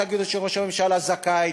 תגידו שראש הממשלה זכאי.